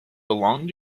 belong